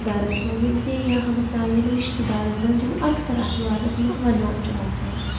گَرَس منٛز تہِ یا ہمسایَن رِشتہٕ دارَن منٛز یِم اَکثر اَتھ بارَس منٛز وَنان چھُ آسان